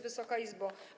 Wysoka Izbo!